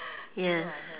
yes